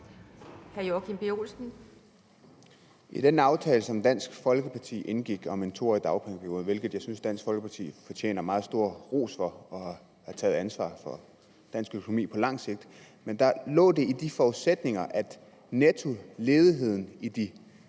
i forudsætningerne i den aftale, som Dansk Folkeparti indgik om en 2-årig dagpengeperiode – hvilket jeg synes at Dansk Folkeparti fortjener meget stor ros for, de tog ansvar for dansk økonomi på langt sigt – at nettoledigheden i de